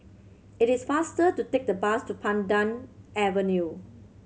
it is faster to take the bus to Pandan Avenue